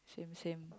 same same